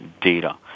data